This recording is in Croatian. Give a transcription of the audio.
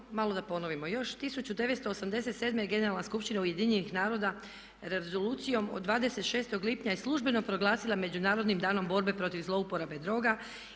malo da ponovimo. Još 1987. je Generalna skupština UN-a Rezolucijom od 26. lipnja i službeno proglasila Međunarodnim danom borbe protiv zlouporabe droga